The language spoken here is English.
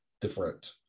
different